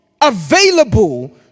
available